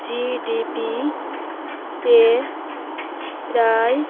GDP ত প্রায়